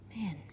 man